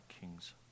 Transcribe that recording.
king's